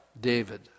David